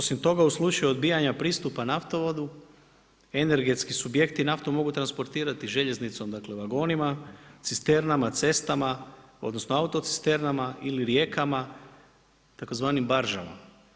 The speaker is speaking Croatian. Osim toga, u slučaju odbijanja pristupa naftovodu, energetski subjekti naftu mogu transportirati željeznicom, dakle vagonima, cisternama, cestama, odnosno autocisterne ili rijekama, tzv. baržama.